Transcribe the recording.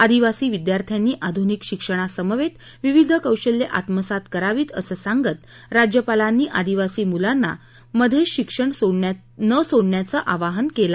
आदिवासी विद्यार्थ्यांनी आधुनिक शिक्षणासमवेत विविध कौशल्य आत्मसात करावीत असं सांगत राज्यपालांनी आदिवासी मुलांना मध्येच शिक्षण न सोडण्याचं आवाहन केलं